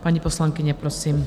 Paní poslankyně, prosím.